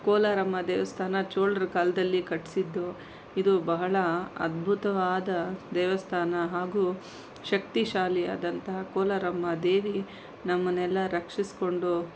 ಕೋಲಾರಮ್ಮ ದೇವಸ್ಥಾನ ಚೋಳರ ಕಾಲದಲ್ಲಿ ಕಟ್ಟಿಸಿದ್ದು ಇದು ಬಹಳ ಅದ್ಭುತವಾದ ದೇವಸ್ಥಾನ ಹಾಗೂ ಶಕ್ತಿಶಾಲಿಯಾದಂತಹ ಕೋಲಾರಮ್ಮ ದೇವಿ ನಮ್ಮನ್ನೆಲ್ಲ ರಕ್ಷಿಸಿಕೊಂಡು